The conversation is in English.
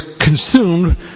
consumed